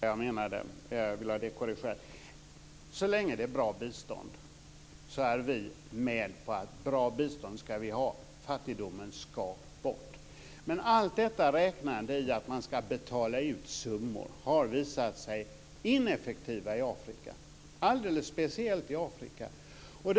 Fru talman! Det var reservation 8 jag menade. Jag vill ha det korrigerat. Vi är med på att vi ska ha bra bistånd. Fattigdomen ska bort. Men allt detta räknande om att man ska betala ut vissa summor har visat sig alldeles speciellt ineffektivt i Afrika.